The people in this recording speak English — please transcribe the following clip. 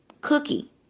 cookie